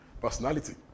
Personality